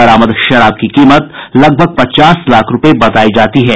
बरामद शराब की कीमत लगभग पचास लाख रूपये बतायी जाती है